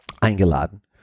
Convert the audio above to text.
eingeladen